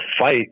fight